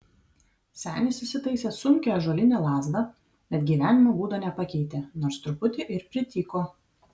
senis įsitaisė sunkią ąžuolinę lazdą bet gyvenimo būdo nepakeitė nors truputį ir prityko